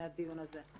מהדיון הזה.